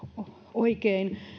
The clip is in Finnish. oikein